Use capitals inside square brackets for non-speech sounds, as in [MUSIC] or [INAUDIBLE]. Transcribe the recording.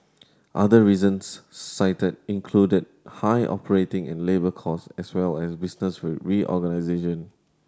other reasons cited included high operating and labour cost as well as business [UNINTELLIGIBLE] reorganisation